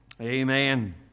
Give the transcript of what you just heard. Amen